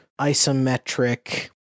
isometric